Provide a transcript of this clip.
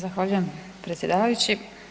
Zahvaljujem predsjedavajući.